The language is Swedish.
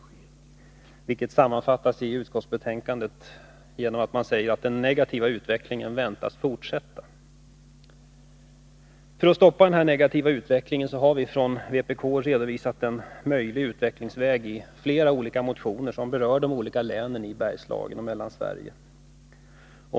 Detta sammanfattas i utskottsbetänkandet genom att man skriver att den negativa utvecklingen väntas fortsätta. För att försöka stoppa den negativa utvecklingen har vi från vpk redovisat en möjlig utvecklingsväg i flera olika motioner, som berör de olika länen i Bergslagen och Mellansverige.